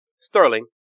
Sterling